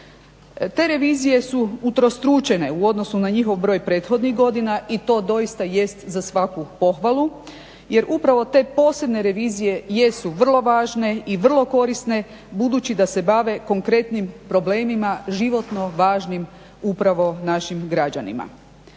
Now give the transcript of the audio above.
Te revizije su utrostručene u odnosu na njihov broj prethodnih godina i to doista jest za svaku pohvalu jer upravo te posebne revizije jesu vrlo važne i vrlo korisne budući da se bave konkretnim problemima životno važnim upravo našim građanima.